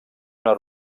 una